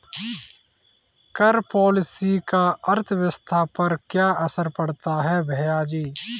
कर पॉलिसी का अर्थव्यवस्था पर क्या असर पड़ता है, भैयाजी?